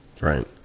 Right